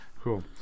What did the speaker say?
Cool